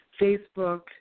Facebook